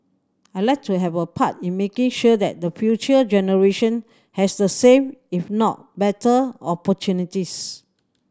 I'd like to have a part in making sure that the future generation has the same if not better opportunities